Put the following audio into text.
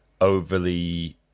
overly